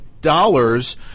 dollars